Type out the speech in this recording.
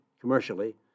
commercially